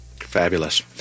Fabulous